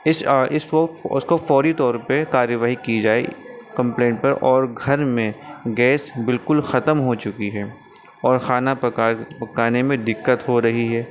اس اس کو اس کو فوری طور پہ کارواہی کی جائے کمپلینٹ پر اور گھر میں گیس بالکل ختم ہو چکی ہے اور کھانا پکا پکانے میں دقت ہو رہی ہے